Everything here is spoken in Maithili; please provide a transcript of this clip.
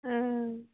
ओ